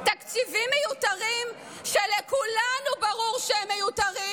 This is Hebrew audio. תקציבים מיותרים, שלכולנו ברור שהם מיותרים,